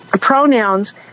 pronouns